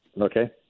Okay